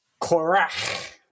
Korach